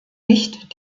nicht